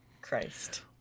Christ